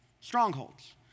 Strongholds